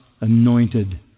anointed